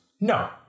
no